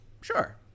Sure